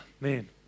man